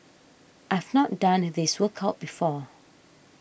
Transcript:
I've not done this workout before